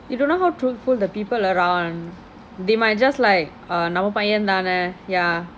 you don't know how truthful the people around they might just like err never mind lah eh